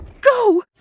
go